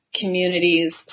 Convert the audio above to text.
communities